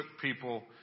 people